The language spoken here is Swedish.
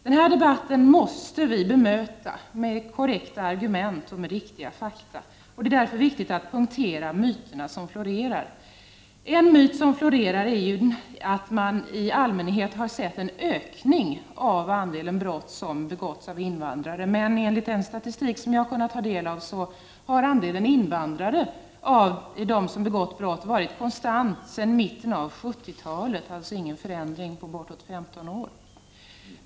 Dessa argument måste vi bemöta med riktiga fakta och korrekta argument. Det är därför viktigt att punktera myterna som florerar. En myt som florerar är att det har skett en ökning av andelen brott som begåtts av invandrare. Enligt den statistik jag har kunnat ta del av har andelen invandrare bland dem som begått brott varit konstant sedan mitten av 1970-talet. Det har alltså inte skett någon förändring på bortåt 15 år.